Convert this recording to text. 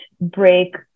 break